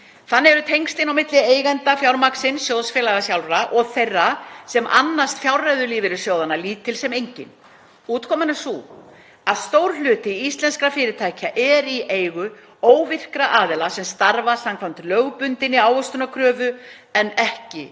Þannig eru tengslin á milli eigenda fjármagnsins (sjóðfélaga) og þeirra sem annast fjárreiður lífeyrissjóða lítil sem engin. Útkoman er sú að stór hluti íslenskra fyrirtækja er í eigu óvirkra aðila sem starfa samkvæmt lögbundinni ávöxtunarkröfu en ekki